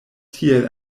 tiel